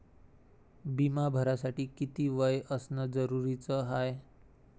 बिमा भरासाठी किती वय असनं जरुरीच हाय?